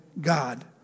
God